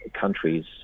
countries